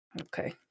Okay